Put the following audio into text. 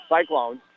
Cyclones